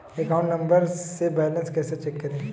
Account number से balance कैसे check करें?